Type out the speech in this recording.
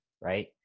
right